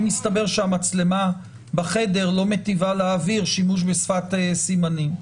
אם יסתבר שהמצלמה בחדר לא מיטיבה להעביר שימוש בשפת סימנים?